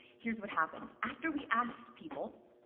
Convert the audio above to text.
here's what happened. after we asked people,